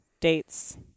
dates